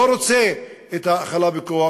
לא רוצה את ההאכלה בכוח,